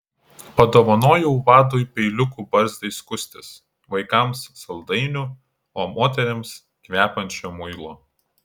padovanojau vadui peiliukų barzdai skustis vaikams saldainių o moterims kvepiančio muilo